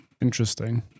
Interesting